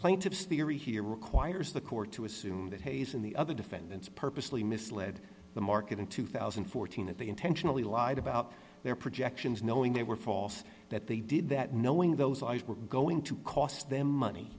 plaintiffs theory here requires the court to assume that hayes in the other defendants purposely misled the market in two thousand and fourteen that they intentionally lied about their projections knowing they were false that they did that knowing those lies were going to cost them money